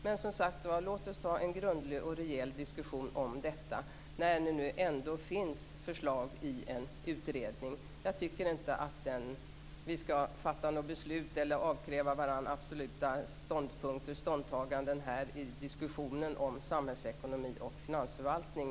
Men som sagt var: Låt oss ta en grundlig och rejäl diskussion om detta när det nu ändå finns förslag i en utredning. Jag tycker inte att vi skall fatta några beslut eller avkräva varandra absoluta ståndpunkter och ställningstaganden här i dagens diskussion om samhällsekonomi och finansförvaltning.